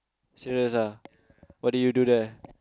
serious ah what did you do there